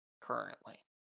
currently